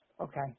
okay